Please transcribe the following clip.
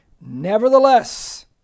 Nevertheless